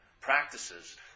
practices